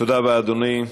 תודה רבה, אדוני.